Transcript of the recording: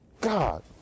God